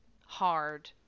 hard